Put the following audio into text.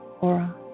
aura